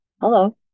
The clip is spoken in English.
hello